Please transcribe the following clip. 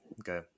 Okay